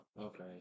okay